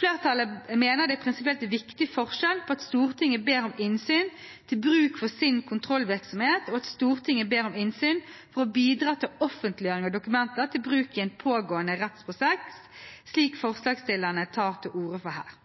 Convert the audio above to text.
Flertallet mener det er en prinsipielt viktig forskjell på at Stortinget ber om innsyn til bruk for sin kontrollvirksomhet, og at Stortinget ber om innsyn for å bidra til offentliggjøring av dokumentet til bruk i en pågående rettsprosess, slik forslagsstillerne tar til orde for her.